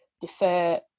defer